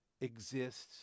exists